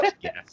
yes